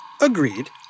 Agreed